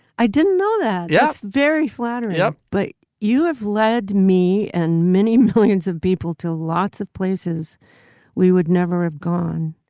i didn't know that. yes, very flattered yeah, but you have led me and many millions of people to lots of places we would never have gone.